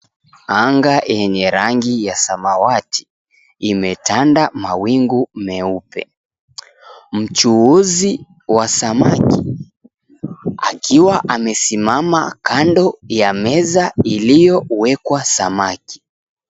Anga yenye rangi ya samawati, imetanda mawingu meupe. Mchuuzi wa samaki akiwa amesimama kando ya meza iliyowekwa samaki.